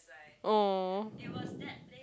oh